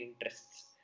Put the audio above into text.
interests